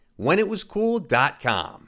WhenItWasCool.com